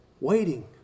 waiting